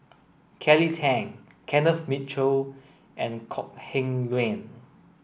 Kelly Tang Kenneth Mitchell and Kok Heng Leun